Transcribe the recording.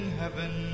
heaven